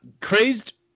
Crazed